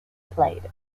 played